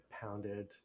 pounded